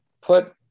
put